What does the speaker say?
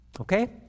Okay